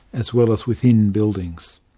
as well as within, buildings.